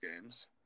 games